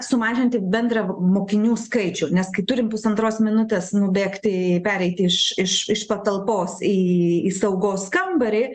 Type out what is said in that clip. sumažinti bendrą mokinių skaičių nes kai turim pusantros minutės nubėgti į pereiti iš iš iš patalpos į į saugos kambarį